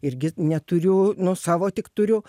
irgi neturiu nu savo tik turiu